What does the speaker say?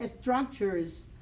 structures